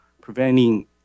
preventing